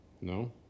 No